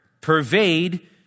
pervade